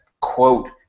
quote